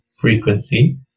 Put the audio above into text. frequency